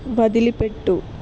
వదిలిపెట్టు